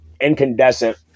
incandescent